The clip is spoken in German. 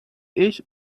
ich